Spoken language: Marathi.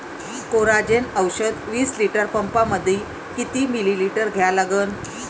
कोराजेन औषध विस लिटर पंपामंदी किती मिलीमिटर घ्या लागन?